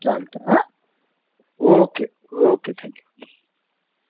चालतं okay okay thank you